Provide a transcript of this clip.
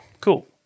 Cool